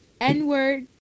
N-word